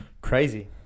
crazy